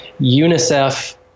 unicef